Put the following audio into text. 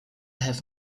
have